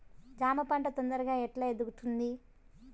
జామ పంట తొందరగా ఎట్లా ఎదుగుతుంది?